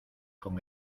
con